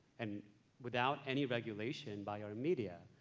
and without any regulation by our media.